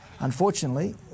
Unfortunately